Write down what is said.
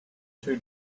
two